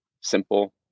simple